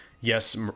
yes